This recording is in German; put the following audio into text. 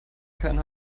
keinen